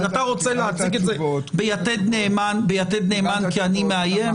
אם אתה רוצה להציג את זה ביתד נאמן כאני מאיים,